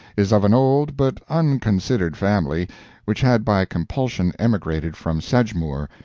is of an old but unconsidered family which had by compulsion emigrated from sedgemoor,